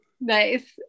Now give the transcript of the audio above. nice